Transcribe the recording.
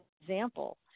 example